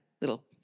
little